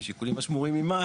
משיקולים שלה,